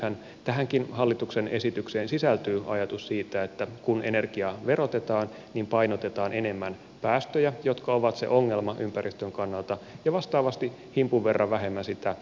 nythän tähänkin hallituksen esitykseen sisältyy ajatus siitä että kun energiaa verotetaan niin painotetaan enemmän päästöjä jotka ovat se ongelma ympäristön kannalta ja vastaavasti himpun verran vähemmän sitä itse energiasisältöä